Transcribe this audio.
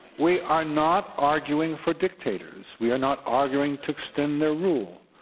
we are not arguing for dictators. we are not arguing to extend their rule.